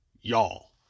y'all